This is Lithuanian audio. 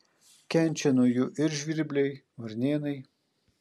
kenčia nuo jų ir žvirbliai varnėnai